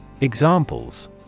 Examples